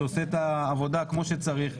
שעושה את העבודה כמו שצריך,